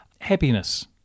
Happiness